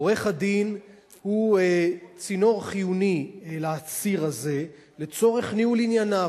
עורך-הדין הוא צינור חיוני לאסיר הזה לצורך ניהול ענייניו.